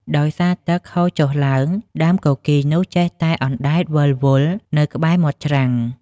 ដោយសារទឹកហូរចុះឡើង ដើមគគីរនោះចេះតែអណ្តែតវិលវល់នៅក្បែរមាត់ច្រាំង។